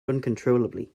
uncontrollably